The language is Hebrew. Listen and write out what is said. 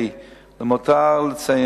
5. למותר לציין